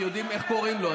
כי יודעים איך קוראים לו,